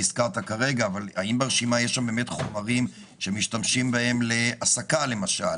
האם ברשימה הזאת יש חומרים שמשתמשים בהם להסקה למשל?